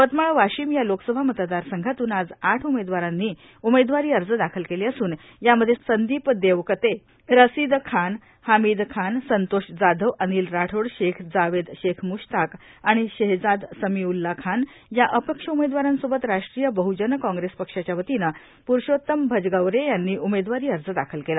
यवतमाळ वाशिम या लोकसभा मतदारसंघातून आज आठ उमेदवारांनी उमेदवारी अर्ज दाखल केले असून यामध्ये संदीप देवकते रसिद खान हमिद खान संतोष जाधव अनिल राठोड शेख जावेद शेख मुश्ताक आणि शेहजाद समीउल्ला खान या अपक्ष उमेदवारांसोबत राष्ट्रीय बहुजन काँग्रेस पक्षाच्या वतीनं पुरूषोत्तम भजगवरे यांनी उमेदवारी अर्ज दाखल केला